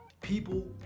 People